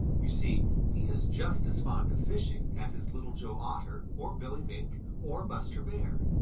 you see, he is just as fond of fishing as is little joe otter or billy mink or buster bear.